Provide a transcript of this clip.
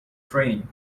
training